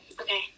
okay